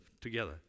Together